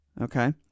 Okay